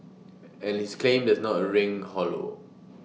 and his claim does not ring hollow